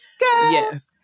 yes